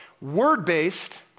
word-based